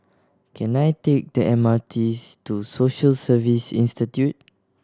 can I take the M R Ts to Social Service Institute